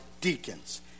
deacons